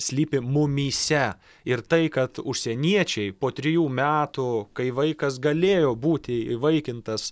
slypi mumyse ir tai kad užsieniečiai po trijų metų kai vaikas galėjo būti įvaikintas